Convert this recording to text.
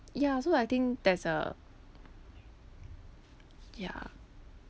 ya so I think there's a ya